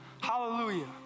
Hallelujah